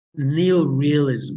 neorealism